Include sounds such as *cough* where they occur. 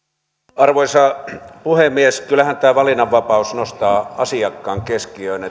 arvoisa puhemies kyllähän tämä valinnanvapaus nostaa asiakkaan keskiöön *unintelligible*